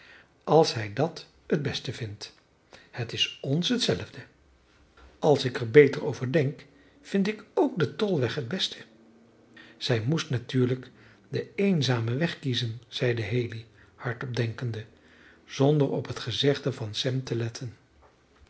als hij dat het beste vindt het is ons hetzelfde als ik er beter over denk vind ik ook den tolweg het beste zij moest natuurlijk den eenzamen weg kiezen zeide haley hardop denkende zonder op het gezegde van sam